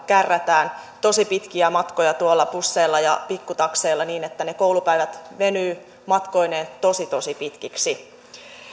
kärrätään tosi pitkiä matkoja busseilla ja pikkutakseilla niin että ne koulupäivät venyvät matkoineen tosi tosi pitkiksi